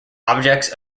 objects